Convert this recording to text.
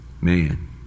Man